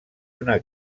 una